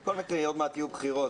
חכה, עוד מעט יהיו בחירות.